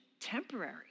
temporary